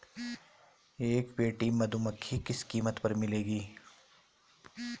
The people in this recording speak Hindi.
एक पेटी मधुमक्खी किस कीमत पर मिलेगी?